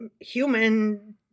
human